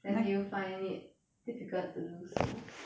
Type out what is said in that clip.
then do you find it difficult to do so